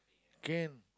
can